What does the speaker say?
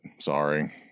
Sorry